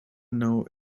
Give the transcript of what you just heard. know